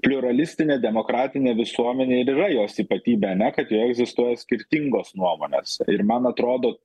pliuralistinė demokratinė visuomenė ir yra jos ypatybė ane kad joje egzistuoja skirtingos nuomonės ir man atrodo